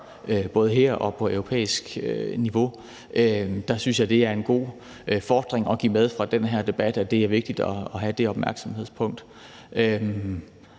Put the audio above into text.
både her og på europæisk niveau. Det synes jeg er en god fordring at give med fra den her debat; det er vigtigt at have det opmærksomhedspunkt.